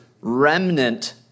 remnant